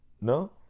No